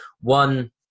one